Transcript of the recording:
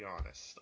honest